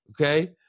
Okay